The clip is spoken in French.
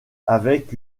avec